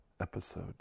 episode